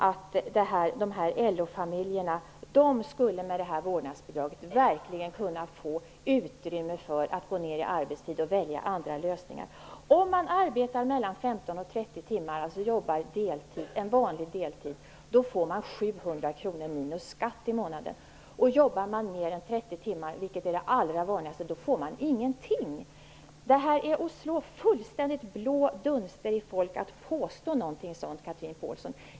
Hon sade att LO familjerna skulle med ett vårdnadsbidrag verkligen kunna få utrymme för att gå ner i arbetstid och välja andra lösningar. Om man arbetar mellan 15 och 30 30 timmar, vilket är det allra vanligaste, får man ingenting. Att komma med det påstående som Chatrine Pålsson gjorde är att fullständigt slå blå dunster i folk.